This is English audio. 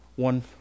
One